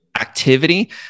activity